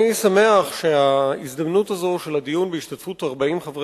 אני שמח שההזדמנות הזאת של הדיון בהשתתפות 40 חברי